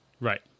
Right